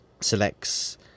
selects